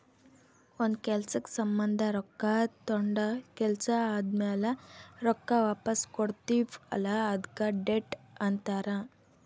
ಒಂದ್ ಕೆಲ್ಸಕ್ ಸಂಭಂದ ರೊಕ್ಕಾ ತೊಂಡ ಕೆಲ್ಸಾ ಆದಮ್ಯಾಲ ರೊಕ್ಕಾ ವಾಪಸ್ ಕೊಡ್ತೀವ್ ಅಲ್ಲಾ ಅದ್ಕೆ ಡೆಟ್ ಅಂತಾರ್